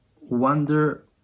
wonder